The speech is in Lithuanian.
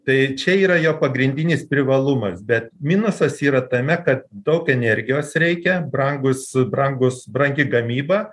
tai čia yra jo pagrindinis privalumas bet minusas yra tame kad daug energijos reikia brangūs brangūs brangi gamyba